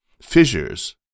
fissures